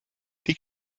die